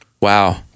Wow